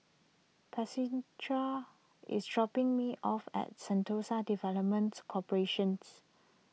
Priscila is dropping me off at Sentosa Developments Corporations